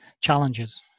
challenges